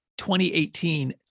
2018